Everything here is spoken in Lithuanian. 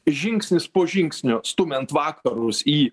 žingsnis po žingsnio stumiant vakarus į